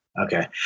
Okay